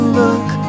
look